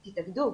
תתאגדו,